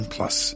Plus